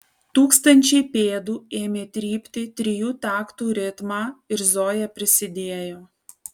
tūkstančiai pėdų ėmė trypti trijų taktų ritmą ir zoja prisidėjo